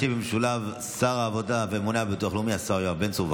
ישיב במשולב שר העבודה והממונה על הביטוח הלאומי השר יואב בן צור.